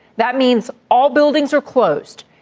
that means all buildings are closed.